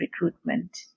recruitment